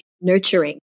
nurturing